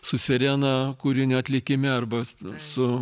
su sirena kūrinio atlikime arba su